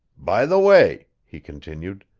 by the way, he continued,